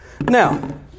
Now